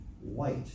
white